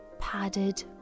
padded